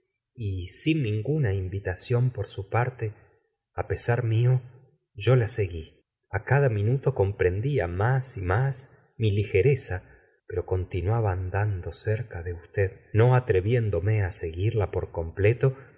y sin ninguna invitación por su parte á pesar mio yo la seguí a cada minuto comprendía más y más mi ligereza pero continuaba andando cerca de usted no atreviéndo me á seguirla por completo